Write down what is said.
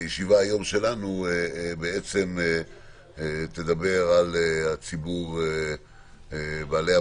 בישיבה שלנו היום נתמקד באנשים עם